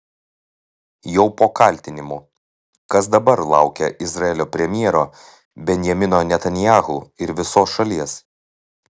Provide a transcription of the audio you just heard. jau po kaltinimų kas dabar laukia izraelio premjero benjamino netanyahu ir visos šalies